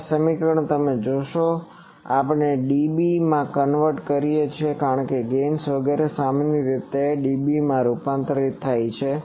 હવે આ સમીકરણ જો આપણે dB માં કન્વર્ટ કરીએ છીએ કારણ કે ગેઇન્સ વગેરે સામાન્ય રીતે dB માં રૂપાંતરિત થાય છે